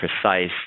precise